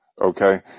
okay